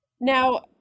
Now